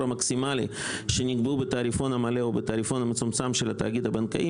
המקסימלי שנקבעו בתעריפון המלא או בתעריפון המצומצם של התאגיד הבנקאי,